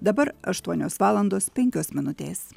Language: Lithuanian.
dabar aštuonios valandos penkios minutės